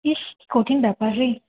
ইস কি কঠিন ব্যাপার রে